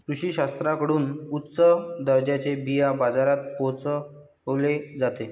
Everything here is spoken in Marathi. कृषी शास्त्रज्ञांकडून उच्च दर्जाचे बिया बाजारात पोहोचवले जाते